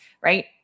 right